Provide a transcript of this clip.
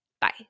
Bye